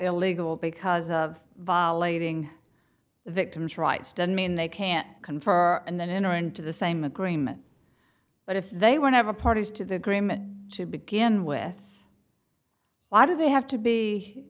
illegal because of violating the victim's rights doesn't mean they can't confer and then enter into the same agreement but if they were never parties to the agreement to begin with why do they have to be